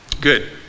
good